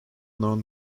known